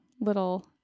little